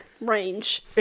range